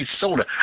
soda